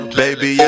baby